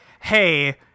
Hey